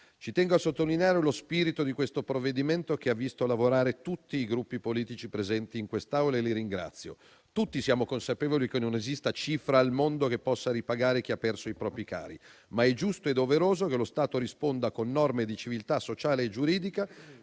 Ci tengo a sottolineare lo spirito di questo provvedimento, che ha visto lavorare tutti i Gruppi politici presenti in quest'Aula (e li ringrazio). Tutti siamo consapevoli che non esiste cifra al mondo che possa ripagare chi ha perso i propri cari, ma è giusto e doveroso che lo Stato risponda con norme di civiltà sociale e giuridica